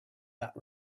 that